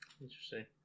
Interesting